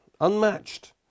unmatched